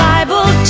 Bible